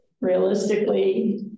realistically